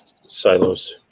Silos